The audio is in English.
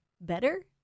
better